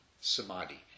samadhi